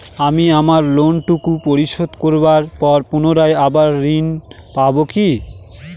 আমি আমার লোন টুকু পরিশোধ করবার পর পুনরায় আবার ঋণ পাবো কি?